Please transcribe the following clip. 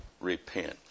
repent